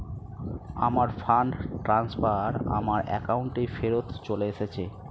আমার fund transfer আমার অ্যাকাউন্টেই ফেরত চলে এসেছে